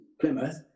Plymouth